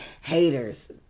haters